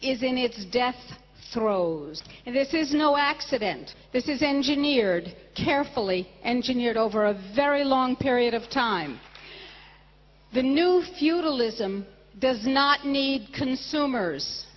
in its death throes and this is no accident this is engineered carefully engineered over a very long period of time the new feudalism does not need consumers